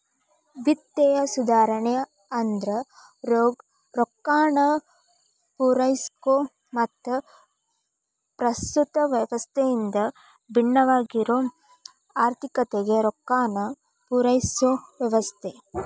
ವಿತ್ತೇಯ ಸುಧಾರಣೆ ಅಂದ್ರ ರೊಕ್ಕಾನ ಪೂರೈಸೊ ಮತ್ತ ಪ್ರಸ್ತುತ ವ್ಯವಸ್ಥೆಯಿಂದ ಭಿನ್ನವಾಗಿರೊ ಆರ್ಥಿಕತೆಗೆ ರೊಕ್ಕಾನ ಪೂರೈಸೊ ವ್ಯವಸ್ಥೆ